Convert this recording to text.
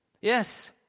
Yes